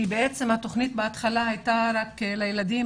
כי התוכנית בהתחלה הייתה רק לילדים